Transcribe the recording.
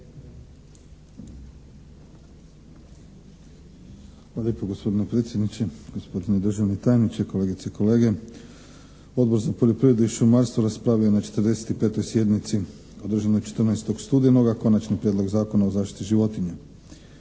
Hvala lijepo gospodine predsjedniče. Gospodine državni tajniče, kolegice i kolege. Odbor za poljoprivredu i šumarstvo raspravio je na 45. sjednici održanoj 14. studenoga Konačni prijedlog Zakona o zaštiti životinja.